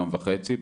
יום וחצי,